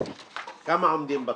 כמה עומדים בתור,